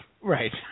Right